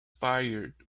fired